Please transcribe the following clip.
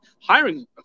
hiring